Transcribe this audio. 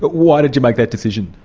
but why did you make that decision?